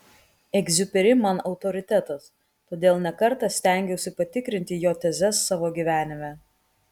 egziuperi man autoritetas todėl ne kartą stengiausi patikrinti jo tezes savo gyvenime